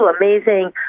amazing